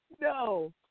No